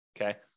okay